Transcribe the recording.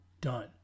done